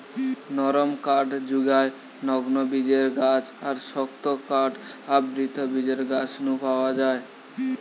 নরম কাঠ জুগায় নগ্নবীজের গাছ আর শক্ত কাঠ আবৃতবীজের গাছ নু পাওয়া যায়